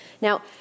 Now